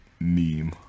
meme